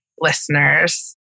listeners